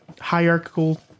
hierarchical